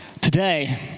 today